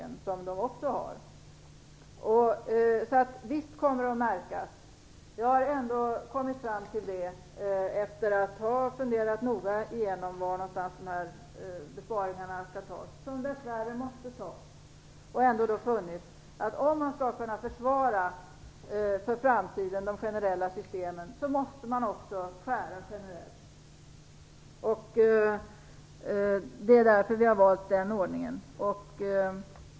Visst kommer besparingarna att märkas för de grupper i vars ekonomi bidrag har en stor andel. Jag har efter att noga ha funderat igenom var de besparingar som dessvärre måste göras skall ske funnit att om man för framtiden skall kunna försvara de generella systemen, måste man också skära generellt. Det är därför som vi har valt den ordningen.